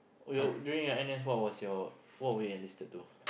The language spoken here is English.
you during your N_S what was your what were you enlisted to